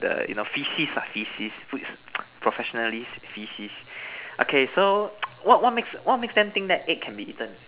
the you know faeces faeces professionalist faeces okay so what what makes what makes them think that egg can be eaten